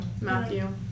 Matthew